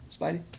Spidey